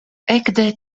ekde